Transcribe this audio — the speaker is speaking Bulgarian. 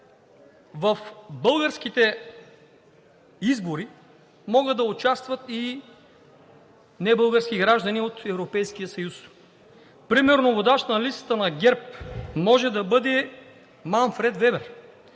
В българските избори могат да участват и небългарски граждани от Европейския съюз. Примерно, водач на листата на ГЕРБ може да бъде Манфред Вебер.